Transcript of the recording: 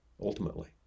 ultimately